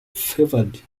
favored